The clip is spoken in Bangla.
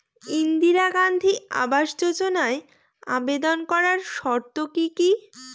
ইন্দিরা গান্ধী আবাস যোজনায় আবেদন করার শর্ত কি কি?